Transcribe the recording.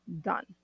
done